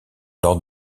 lors